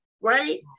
right